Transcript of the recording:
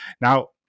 now